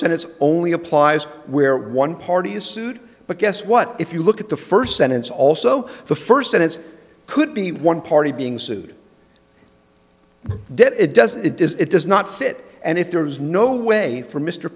sentence only applies where one party is sued but guess what if you look at the first sentence also the first sentence could be one party being sued dead it does it does it does not fit and if there is no way for m